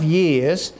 years